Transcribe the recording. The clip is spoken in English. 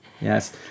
Yes